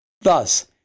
Thus